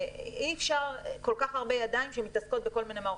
שאי אפשר כל כך הרבה ידיים שמתעסקות בכל מיני מערכות.